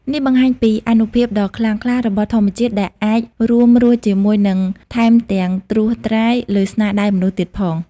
នេះបង្ហាញពី អានុភាពដ៏ខ្លាំងក្លារបស់ធម្មជាតិ ដែលអាចរួមរស់ជាមួយ និងថែមទាំងត្រួតត្រាលើស្នាដៃមនុស្សទៀតផង។